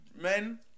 men